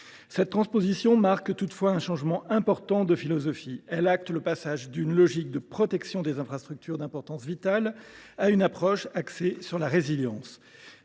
Cette transposition marque toutefois un changement important de philosophie : elle acte le passage d’une logique de protection des infrastructures d’importance vitale à une approche axée sur la résilience.